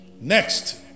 Next